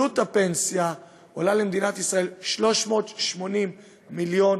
עלות הפנסיה למדינת ישראל היא 380 מיליון